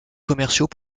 commerciaux